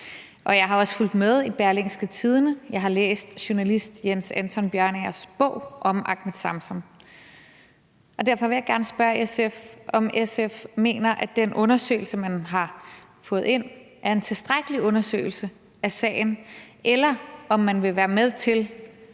jeg har også fulgt med i Berlingske Tidende. Jeg har læst journalist Jens Anton Bjørnagers bog om Ahmed Samsam. Derfor vil gerne spørge SF, om SF mener, at den undersøgelse, man har fået ind, er tilstrækkelig undersøgelse af sagen, eller om man vil være med til,